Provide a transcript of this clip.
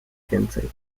więcej